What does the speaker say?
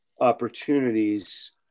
opportunities